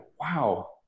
wow